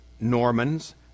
Normans